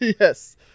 Yes